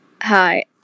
Hi